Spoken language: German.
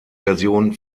version